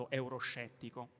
euroscettico